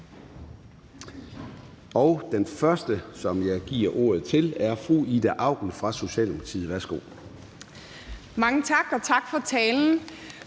Og den første, som jeg giver ordet til, er fru Ida Auken fra Socialdemokratiet. Værsgo. Kl. 13:00 Ida Auken